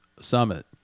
summit